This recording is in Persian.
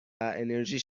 انرژی